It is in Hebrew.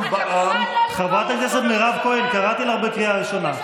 חברת הכנסת מירב כהן, קריאה ראשונה.